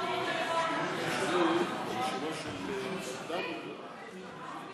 משיב כאן להצעת החוק